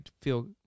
feel